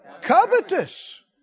Covetous